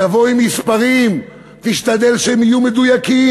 תבוא עם מספרים, תשתדל שהם יהיו מדויקים.